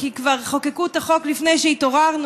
כי כבר חוקקו את החוק לפני שהתעוררנו,